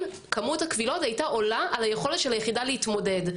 כמות הקבילות הייתה עולה על היכולת של היחידה להתמודד.